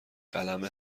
قلمه